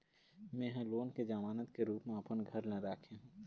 में ह लोन के जमानत के रूप म अपन घर ला राखे हों